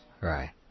Right